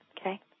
Okay